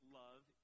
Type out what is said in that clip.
love